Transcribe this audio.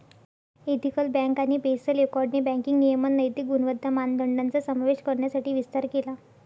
ethical bank आणि Basel एकॉर्डने banking नियमन नैतिक गुणवत्ता मानदंडांचा समावेश करण्यासाठी विस्तार केला